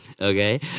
okay